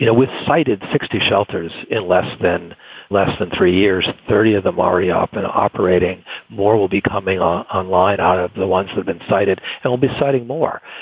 you know with cited sixty shelters in less than less than three years, thirty of them already up and operating more will be coming ah online out of the ones who been cited. they'll be siding more.